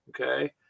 okay